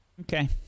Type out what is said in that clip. Okay